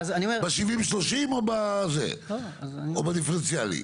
ב-70%-30% או בדיפרנציאלי?